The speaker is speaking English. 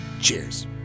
Cheers